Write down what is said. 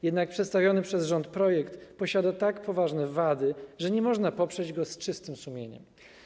Jednak przedstawiony przez rząd projekt posiada tak poważne wady, że nie można poprzeć go z czystym sumieniem.